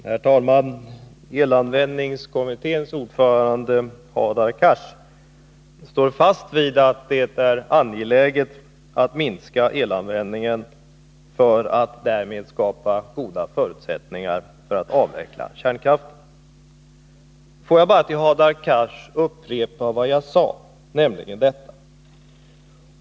Herr talman! Elanvändningskommitténs ordförande Hadar Cars står fast vid att det är angeläget att man minskar elanvändningen för att därmed skapa goda förutsättningar för avveckling av kärnkraften. Låt mig bara för Hadar Cars upprepa vad jag tidigare sade.